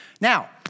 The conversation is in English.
Now